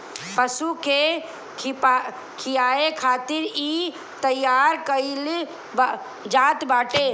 पशु के खियाए खातिर इ तईयार कईल जात बाटे